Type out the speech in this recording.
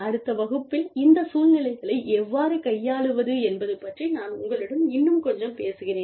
அடுத்த வகுப்பில் இந்த சூழ்நிலைகளை எவ்வாறு கையாள்வது என்பது பற்றி நான் உங்களுடன் இன்னும் கொஞ்சம் பேசுகிறேன்